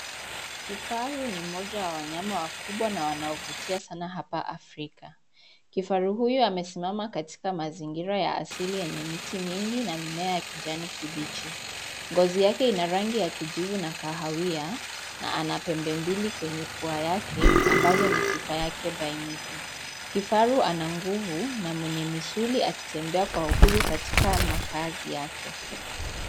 Kifaru ni mmoja wa wanyama wakubwa na wanaovutia sana hapa Afrika, kifaru huyu amesimama katika mazingira ya asili yenye miti mingi na mimea ya kijani kibichi, ngozi yake ina rangi ya kijivu na kahawia, na ana pembe mbili kwenye pua yake ambazo ni sifa yake bainifu, kifaru ana nguvu na mwenye misuli akitembea kwa uhuru katika makaazi yake.